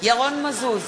ירון מזוז,